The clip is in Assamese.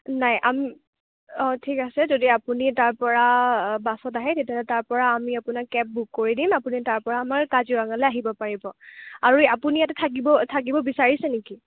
নাই আমি অঁ ঠিক আছে যদি আপুনি তাৰপৰা বাছত আহে তেতিয়াহ'লে তাৰপৰা আমি আপোনাক কেব বুক কৰি দিম আপুনি তাৰপৰা আমাৰ কাজিৰঙালৈ আহিব পাৰিব আৰু আপুনি ইয়াতে থাকিব থাকিব বিচাৰিছে নেকি